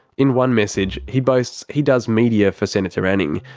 in one message, he boasts he does media for senator anning,